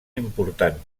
important